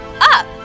up